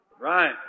Right